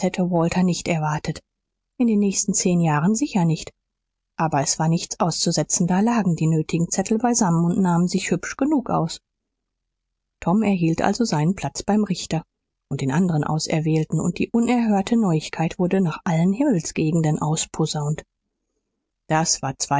walter nicht erwartet in den nächsten zehn jahren sicher nicht aber es war nichts auszusetzen da lagen die nötigen zettel beisammen und nahmen sich hübsch genug aus tom erhielt also seinen platz beim richter und den anderen auserwählten und die unerhörte neuigkeit wurde nach allen himmelsgegenden ausposaunt es war